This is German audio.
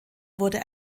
wurde